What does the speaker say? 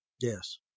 Yes